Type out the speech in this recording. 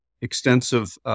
extensive